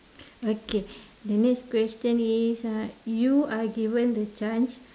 okay the next question is uh you are given the chance